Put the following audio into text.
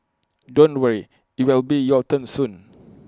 don't worry IT will be your turn soon